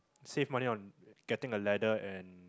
save money on getting a ladder and